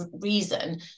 reason